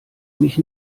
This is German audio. mich